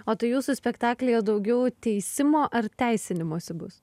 o tai jūsų spektaklyje daugiau teisimo ar teisinimosi bus